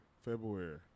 february